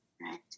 right